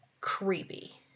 creepy